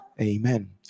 Amen